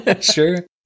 Sure